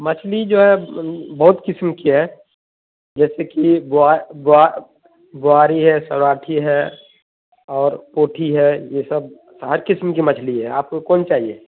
مچھلی جو ہے بہت قسم کی ہے جیسے کہ بواری ہے سوراٹھی ہے اور پوٹھی ہے یہ سب ہر قسم کی مچھلی ہے آپ کو کون چاہیے